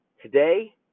Today